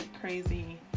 crazy